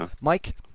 Mike